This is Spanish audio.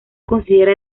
considera